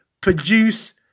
produce